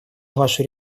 вашу